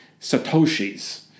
Satoshis